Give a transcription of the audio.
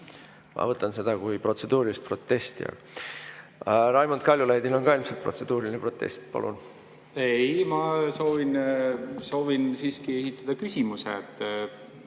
Ma võtan seda kui protseduurilist protesti. Raimond Kaljulaidil on ka ilmselt protseduuriline protest. Palun! Ei, ma soovin siiski esitada küsimuse.